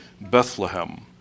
Bethlehem